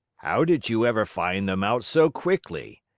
how did you ever find them out so quickly?